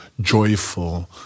joyful